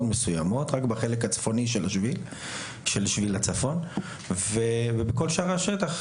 מאוד מסוימות שנמצאות רק בחלק הצפוני של שביל הצפון ובכל שאר השביל,